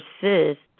persist